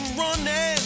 running